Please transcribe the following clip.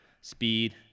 speed